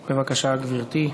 בבקשה, גברתי.